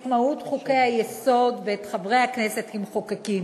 את מהות חוקי-היסוד ואת חברי הכנסת כמחוקקים.